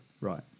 right